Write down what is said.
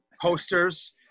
posters